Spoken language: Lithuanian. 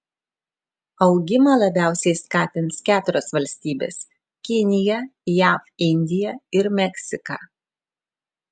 augimą labiausiai skatins keturios valstybės kinija jav indija ir meksika